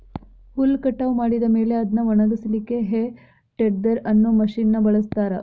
ಹುಲ್ಲ್ ಕಟಾವ್ ಮಾಡಿದ ಮೇಲೆ ಅದ್ನ ಒಣಗಸಲಿಕ್ಕೆ ಹೇ ಟೆಡ್ದೆರ್ ಅನ್ನೋ ಮಷೇನ್ ನ ಬಳಸ್ತಾರ